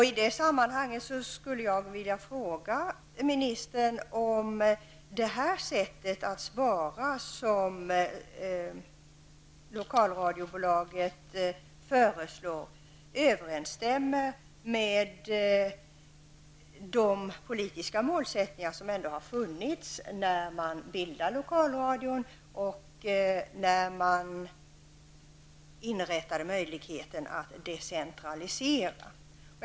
I detta sammanhang skulle jag vilja fråga ministern om det sparsätt som lokalradiobolaget föreslår överenstämmer med de politiska målsättningar som ändå fanns då Lokalradion bildades och då man införde möjligheten till decentralisering.